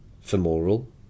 femoral